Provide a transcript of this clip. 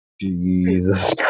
Jesus